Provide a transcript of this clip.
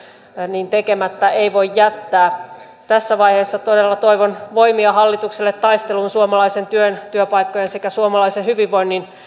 niin tekemättä ei voi jättää tässä vaiheessa todella toivon voimia hallitukselle taisteluun suomalaisen työn työpaikkojen sekä suomalaisen hyvinvoinnin